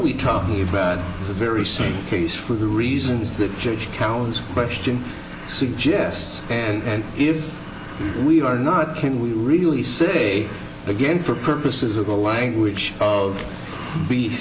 we talking about the very same case for the reasons that judge towns question suggests and if we are not can we really city begin for purposes of the language of b